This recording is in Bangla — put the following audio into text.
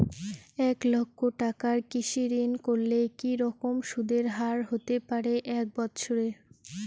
এক লক্ষ টাকার কৃষি ঋণ করলে কি রকম সুদের হারহতে পারে এক বৎসরে?